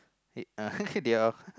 they all